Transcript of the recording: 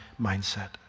mindset